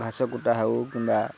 ଘାସ କୁଟା ହଉ କିମ୍ବା